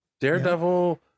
daredevil